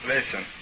Listen